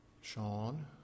Sean